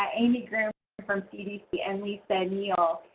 ah amy groome from cdc and lisa neel.